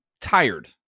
tired